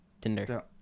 Tinder